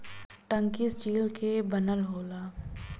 टंकी स्टील क बनल होला